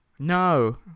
No